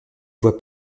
voie